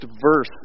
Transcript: verse